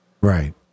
Right